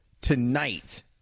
tonight